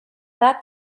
that